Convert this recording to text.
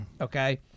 Okay